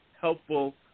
helpful